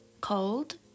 cold